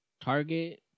Target